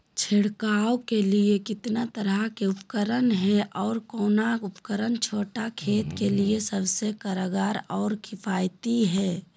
छिड़काव के लिए कितना तरह के उपकरण है और कौन उपकरण छोटा खेत के लिए सबसे कारगर और किफायती है?